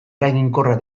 eraginkorra